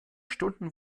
stunden